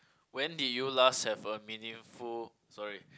when did you last have a meaningful sorry